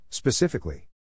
Specifically